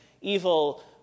evil